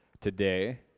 today